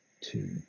Two